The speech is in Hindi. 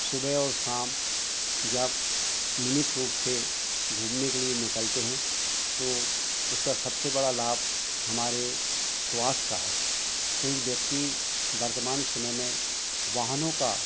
सुबह और षाम जब नियमित रूप से घूमने के लिए निकलते हैं तो उसका सबसे बड़ा लाभ हमारे स्वास्थ्य का है क्योंकि व्यक्ति वर्तमान शमय में वाहनों का